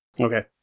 Okay